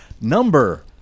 number